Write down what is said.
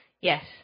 Yes